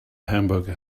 hamburger